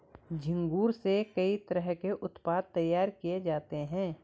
झींगुर से कई तरह के उत्पाद तैयार किये जाते है